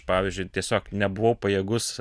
pavyzdžiui tiesiog nebuvau pajėgus